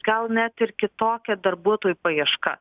gal net ir kitokia darbuotojų paieška